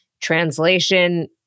Translation